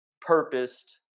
purposed